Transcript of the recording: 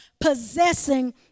possessing